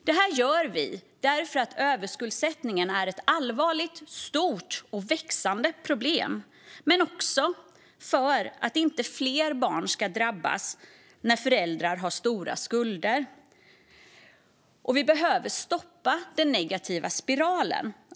Det här gör vi därför att överskuldsättningen är ett allvarligt, stort och växande problem. Men vi gör det också för att inte fler barn ska drabbas när föräldrar har stora skulder. Vi behöver stoppa den negativa spiralen.